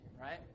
right